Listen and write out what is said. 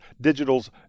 digital's